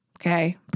okay